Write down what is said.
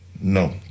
No